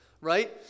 right